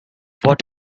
what